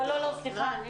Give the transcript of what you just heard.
לא, סליחה.